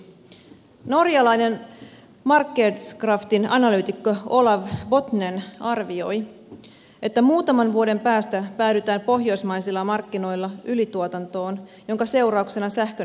norjalainen markedskraftin analyytikko olav botnen arvioi että muutaman vuoden päästä päädytään pohjoismaisilla markkinoilla ylituotantoon jonka seurauksena sähkön hinta laskee